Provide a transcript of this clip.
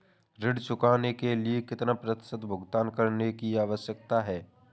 ऋण चुकाने के लिए कितना प्रतिशत भुगतान करने की आवश्यकता है?